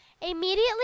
Immediately